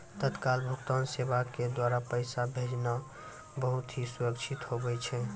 तत्काल भुगतान सेवा के द्वारा पैसा भेजना बहुत ही सुरक्षित हुवै छै